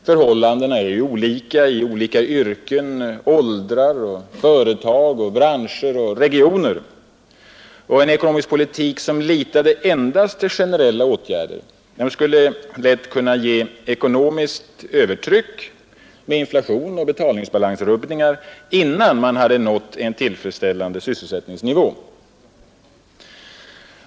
Förhållandena är olikartade i olika yrken, åldrar, företag, branscher och regioner. En ekonomisk politik som litade endast till generella åtgärder skulle lätt kunna ge ett ekonomiskt övertryck med inflation och betalningsbalansrubbningar innan man nått en tillfredsställande sysselsättningsnivå.